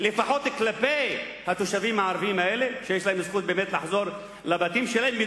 לפחות כלפי התושבים הערבים האלה שיש להם זכות לחזור לבתים שלהם?